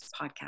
podcast